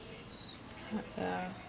uh